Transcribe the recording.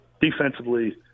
Defensively